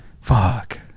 Fuck